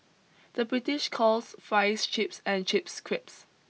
the British calls fries chips and chips creeps